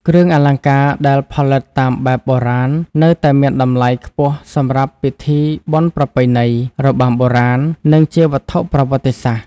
គ្រឿងអលង្ការដែលផលិតតាមបែបបុរាណនៅតែមានតម្លៃខ្ពស់សម្រាប់ពិធីបុណ្យប្រពៃណី របាំបុរាណ និងជាវត្ថុប្រវត្តិសាស្ត្រ។